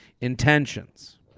intentions